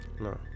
No